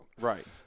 Right